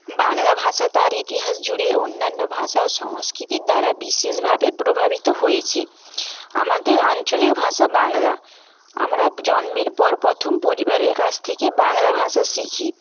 বাংলা ভাষা তার ইতিহাস জুরে অন্যান্য ভাষা ও সংস্কৃতির দ্বারা বিশেষভাবে প্রভাবিত হয়েছি আমাদের আঞ্চলিক ভাষা বাংলা আমরা জন্মের পর প্রথম পরিবারের কাছ থেকে বাংলা ভাষা শিখি